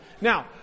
now